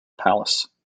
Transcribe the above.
palace